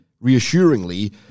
reassuringly